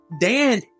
Dan